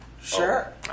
Sure